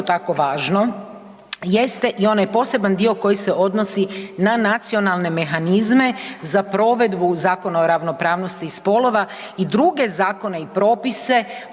tako važno jeste i onaj poseban dio koji se odnosi na nacionalne mehanizme za provedbu Zakona o ravnopravnosti spolova i druge zakone i propise